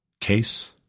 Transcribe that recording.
case